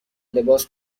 لباس